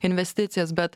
investicijas bet